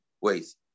ways